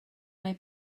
mae